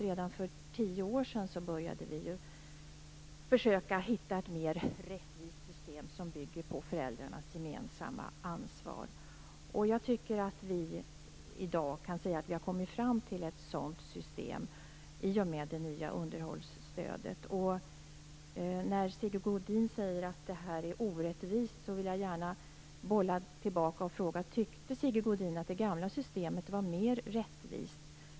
Redan för tio år sedan började vi försöka hitta ett mer rättvist system som bygger på föräldrarnas gemensamma ansvar, och jag tycker att vi i dag kan säga att vi har kommit fram till ett sådant system i och med det nya underhållsstödet. När Sigge Godin säger att det här är orättvist vill jag gärna bolla detta tillbaka och fråga: Tyckte Sigge Godin att det gamla systemet var mer rättvist?